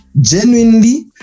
genuinely